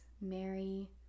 Mary